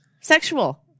Sexual